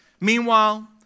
Meanwhile